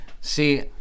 See